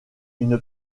une